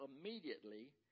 immediately